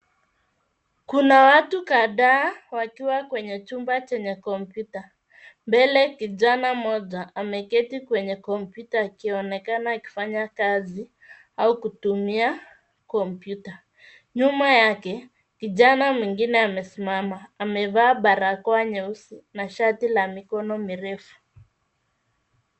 Kuna watu kadhaa wakiwa katika chumba cha kompyuta. Mbele kijana mmoja ameketi kwenye kompyuta akionekana akifanya kazi au kutumia kompyuta. Nyuma yake kijana mwingine amesimama. Amevaa barakoa nyeusi na shati lenye mikono mirefu.